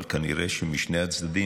אבל כנראה שמשני הצדדים.